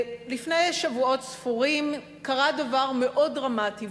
לפני שבועות ספורים קרה דבר מאוד דרמטי.